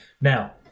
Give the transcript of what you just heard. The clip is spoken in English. Now